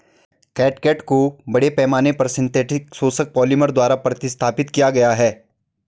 catgut को बड़े पैमाने पर सिंथेटिक शोषक पॉलिमर द्वारा प्रतिस्थापित किया गया है